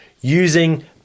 using